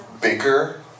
bigger